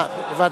אה, הבנתי.